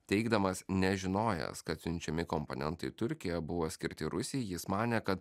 teigdamas nežinojęs kad siunčiami komponentai turkijoje buvo skirti rusijai jis manė kad